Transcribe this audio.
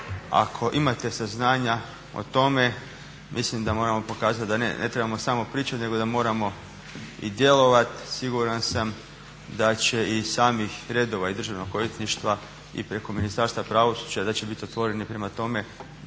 ako imate saznanja o tome mislim da moramo pokazat da ne trebamo samo pričat nego da moramo i djelovat. Siguran sam da će iz samih redova i Državnog odvjetništva i preko Ministarstva pravosuđa da će bit otvoreni prema tome